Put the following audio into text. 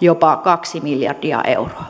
jopa kaksi miljardia euroa